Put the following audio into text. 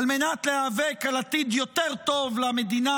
על מנת להיאבק על עתיד יותר טוב למדינה